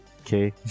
okay